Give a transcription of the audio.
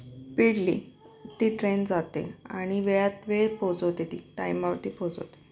speedly ती train जाते आणि वेळात वेळेत पोचवते ती टाईमावरती पोचवते